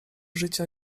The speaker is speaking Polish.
życia